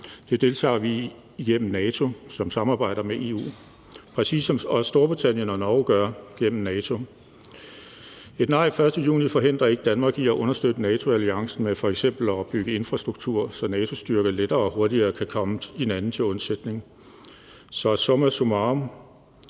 Det deltager vi i igennem NATO, som samarbejder med EU, præcis som både Storbritannien og Norge også gør gennem NATO. Et nej den 1. juni forhindrer ikke Danmark i at understøtte NATO-alliancen med f.eks. at opbygge infrastruktur, så NATO-styrker lettere og hurtigere kan komme hinanden til undsætning. Så summa summarum